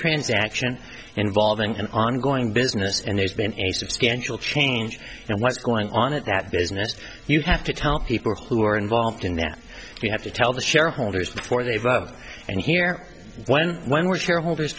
transaction involving an ongoing business and there's been a substantial change and what's going on in that business you have to tell people who are involved in that you have to tell the shareholders before they vote and here when when we're shareholders